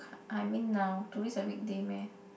I mean now today's a weekday meh